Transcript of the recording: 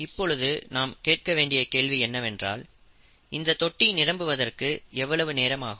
இப்பொழுது நாம் கேட்க வேண்டிய கேள்வி என்னவென்றால் இந்தத் தொட்டி நிரம்புவதற்கு எவ்வளவு நேரம் ஆகும்